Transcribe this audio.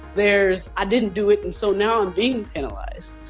there's i didn't do it, and so now i'm being penalized.